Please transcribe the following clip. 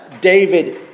David